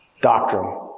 doctrine